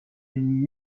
une